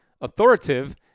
authoritative